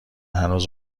هنوز